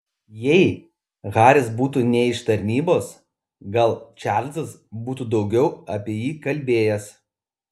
jei haris būtų ne iš tarnybos gal čarlzas būtų daugiau apie jį kalbėjęs